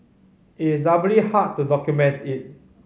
it is doubly hard to document it